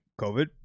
COVID